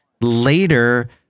later